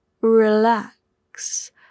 relax